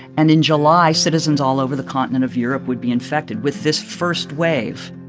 and in july, citizens all over the continent of europe would be infected with this first wave